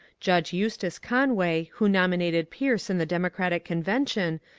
judge eustace conway, who nomi nated pierce in the democratic convention,